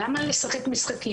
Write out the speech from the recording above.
למה לשחק משחקים?